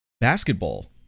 basketball